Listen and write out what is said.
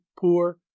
poor